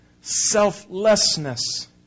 selflessness